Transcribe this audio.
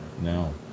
No